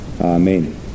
Amen